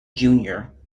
junior